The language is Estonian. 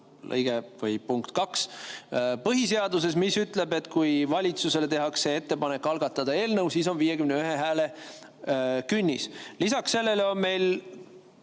või punkt 2, mis ütleb, et kui valitsusele tehakse ettepanek algatada eelnõu, siis kehtib 51 hääle künnis. Lisaks sellele on meil